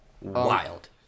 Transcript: Wild